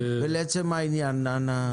לעצם העניין, אנא תמשיך.